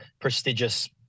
prestigious